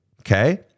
Okay